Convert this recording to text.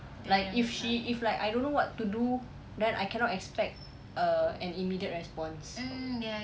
like if she if like I don't know what to do then I cannot expect uh and immediate response